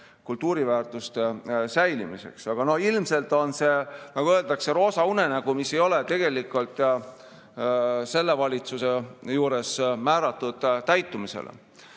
kultuuriväärtuste säilimiseks. Aga ilmselt on see, nagu öeldakse, roosa unenägu, mis ei ole tegelikult selle valitsuse korral määratud täitumisele.